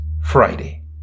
Friday